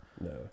no